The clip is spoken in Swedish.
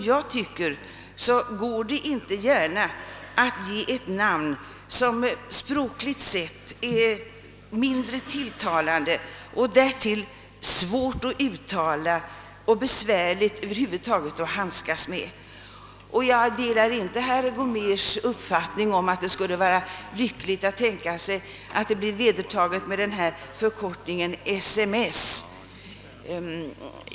Jag tycker dock inte att man vill ge det nya verket ett namn som språkligt sett är mindre tilltalande och därtill svårt att uttala och över huvud taget besvärligt att handskas med. Jag delar inte heller herr Gomérs uppfattning att det skulle vara lyckligt att tänka sig en vedertagen förkortning, SMS.